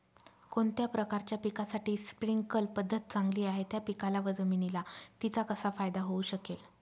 कोणत्या प्रकारच्या पिकासाठी स्प्रिंकल पद्धत चांगली आहे? त्या पिकाला व जमिनीला तिचा कसा फायदा होऊ शकेल?